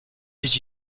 did